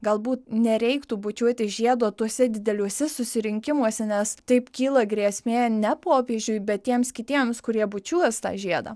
galbūt nereiktų bučiuoti žiedo tuose dideliuose susirinkimuose nes taip kyla grėsmė ne popiežiui bet tiems kitiems kurie bučiuos tą žiedą